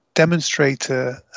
Demonstrator